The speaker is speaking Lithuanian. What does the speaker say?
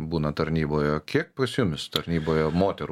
būna tarnyboje kiek pas jumis tarnyboje moterų